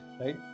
right